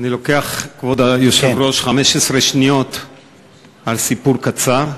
אני לוקח, כבוד היושב-ראש, 15 שניות לסיפור קצר.